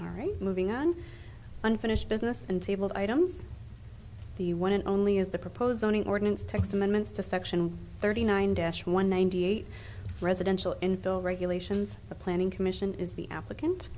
all right moving on unfinished business and table items the one and only is the proposed only ordinance text amendments to section thirty nine dash one ninety eight presidential infill regulations the planning commission is the applicant